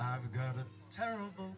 i've got a terrible